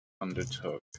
undertook